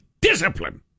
discipline